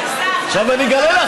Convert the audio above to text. עכשיו אני אגלה לך,